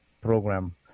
program